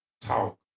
talk